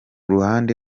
ruhande